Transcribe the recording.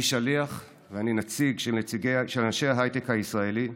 אני שליח ואני נציג של אנשי ההייטק הישראלי,